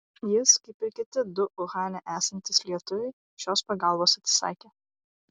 jis kaip ir kiti du uhane esantys lietuviai šios pagalbos atsisakė